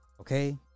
Okay